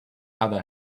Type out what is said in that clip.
other